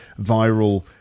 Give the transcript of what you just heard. viral